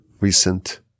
recent